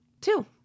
Two